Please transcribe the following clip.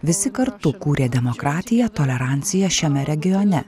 visi kartu kūrė demokratiją toleranciją šiame regione